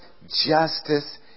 justice